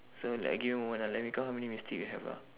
so like give me a moment ah let me count how many mistake we have lah